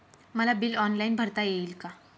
मला bill online भरता येईल का?